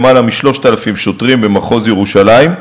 למעלה מ-3,000 שוטרים במחוז ירושלים,